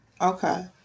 Okay